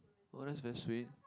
oh that's very sweet